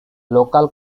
local